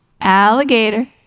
Alligator